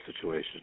situation